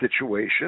situation